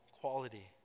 quality